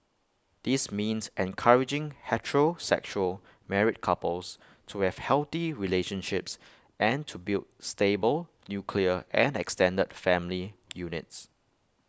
this means encouraging heterosexual married couples to have healthy relationships and to build stable nuclear and extended family units